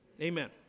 Amen